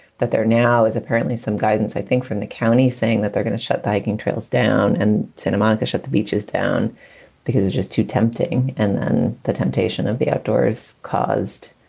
that there now is apparently some guidance, i think, from the county saying that they're going to shut the hiking trails down and santa monica shut the beaches down because it's just too tempting and then the temptation of the outdoors caused.